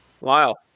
Lyle